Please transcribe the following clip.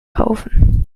kaufen